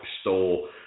store